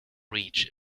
reach